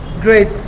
great